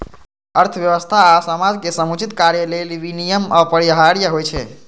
अर्थव्यवस्था आ समाजक समुचित कार्य लेल विनियम अपरिहार्य होइ छै